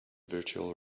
virtual